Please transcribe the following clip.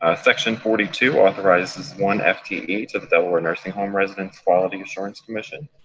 ah section forty two authorizes one fte to to the delaware nursing home residences quality assurance commission.